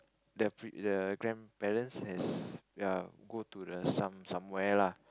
the the grandparents has err go to the some somewhere lah